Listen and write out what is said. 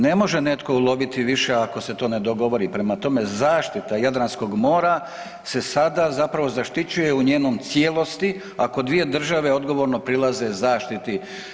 Ne može netko loviti više ako se to ne dogovori, prema tome, zaštita Jadranskoga mora se sada zapravo zaštićuje u njenoj cijelosti ako dvije države odgovorno prilaze zaštiti.